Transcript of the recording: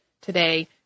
today